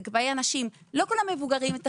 לא כל האנשים המבוגרים הם טכנולוגיים.